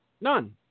None